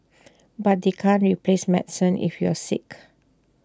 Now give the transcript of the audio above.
but they can't replace medicine if you're sick